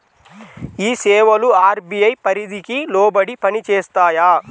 ఈ సేవలు అర్.బీ.ఐ పరిధికి లోబడి పని చేస్తాయా?